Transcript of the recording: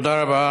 תודה רבה.